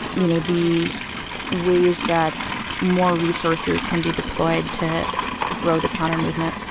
you know, the ways that more resources can be deployed to grow the counter-movement